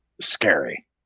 scary